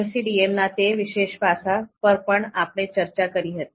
MCDM ના તે વિશેષ પાસા પર પણ આપણે ચર્ચા કરી હતી